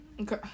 Okay